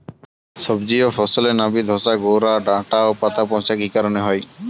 সবজি ও ফসলে নাবি ধসা গোরা ডাঁটা ও পাতা পচা কি কারণে হয়?